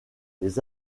les